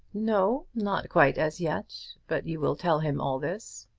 no not quite as yet. but you will tell him all this.